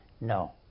No